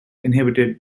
inhibited